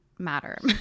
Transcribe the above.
matter